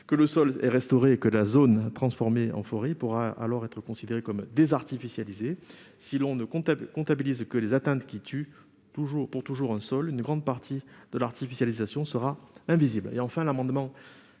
si le sol est restauré et si la zone est transformée en forêt, ledit terrain pourra être considéré comme désartificialisé. Si l'on ne comptabilise que les atteintes qui tuent pour toujours un sol, une grande partie de l'artificialisation sera donc invisible. Enfin, l'amendement